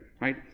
right